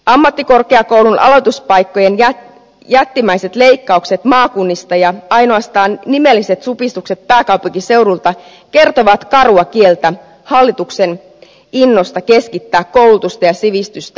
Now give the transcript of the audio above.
ammattikorkeakoulujen aloituspaikkojen jättimäiset leikkaukset maakunnista ja ainoastaan nimelliset supistukset pääkaupunkiseudulta kertovat karua kieltä hallituksen innosta keskittää koulutusta ja sivistystä etelä suomeen